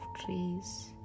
trees